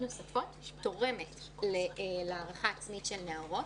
נוספת תורמת להערכה עצמית של נערות.